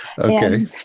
Okay